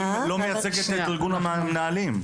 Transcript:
לא מייצגת את ארגון המנהלים.